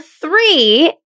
three